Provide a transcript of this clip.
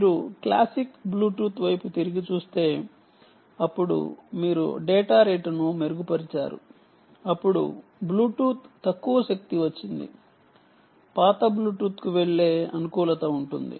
మీరు classic Bluetooth వైపు తిరిగి చూస్తే అప్పుడు మీకు మెరుగైన డేటా రేటు లభించింది అప్పుడు బ్లూటూత్ లో ఎనర్జీ పాత బ్లూటూత్ కు వెళ్లే అనుకూలత ఉంటుంది